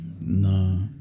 No